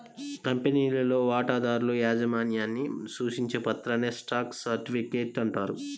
కంపెనీలో వాటాదారుల యాజమాన్యాన్ని సూచించే పత్రాన్నే స్టాక్ సర్టిఫికేట్ అంటారు